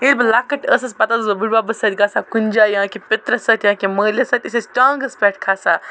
ییٚلہِ بہٕ لَکٕٹ ٲسس پَتہٕ ٲسس بہٕ بِڈبَبَس سۭتۍ گَژھان کُنہ جایہ یا پٔترَس سۭتۍ یا کینٛہہ مٲلِس سۭتۍ أسۍ ٲسۍ ٹانٛگَس پیٚٹھ کھَسان